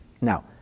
Now